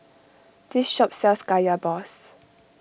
this shop sells Kaya Balls